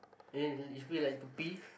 eh if feel like to pee